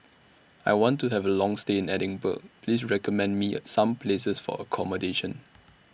I want to Have A Long stay in Edinburgh Please recommend Me Some Places For accommodation